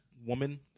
Woman